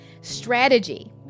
strategy